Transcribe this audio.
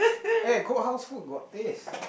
eh cookhouse food got taste